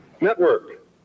Network